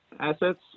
Assets